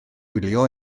wylio